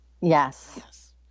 Yes